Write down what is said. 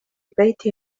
بيت